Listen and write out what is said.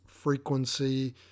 frequency